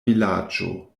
vilaĝo